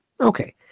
Okay